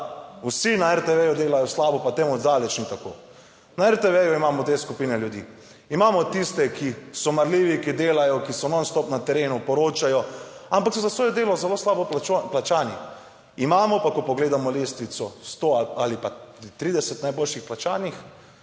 vsi na RTV delajo slabo, pa temu od daleč ni tako. Na RTV imamo te skupine ljudi, imamo tiste, ki so marljivi, ki delajo, ki so non stop na terenu, poročajo, ampak so za svoje delo zelo slabo plačani. Imamo pa, ko pogledamo lestvico, sto ali pa 30 najboljših plačanih